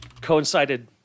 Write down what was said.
coincided